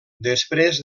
després